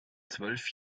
zwölf